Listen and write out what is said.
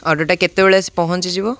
ଅର୍ଡ଼ର୍ଟା କେତେବେଳେ ଆସି ପହଞ୍ଚିଯିବ